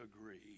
agree